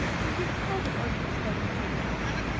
for he had called at orchard slope and heard the news.